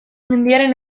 mendiaren